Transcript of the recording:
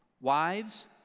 Wives